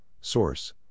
source